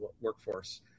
workforce